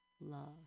love